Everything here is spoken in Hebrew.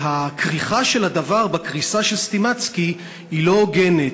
והכריכה של הדבר בקריסה של "סטימצקי" היא לא הוגנת.